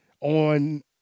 On